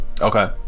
okay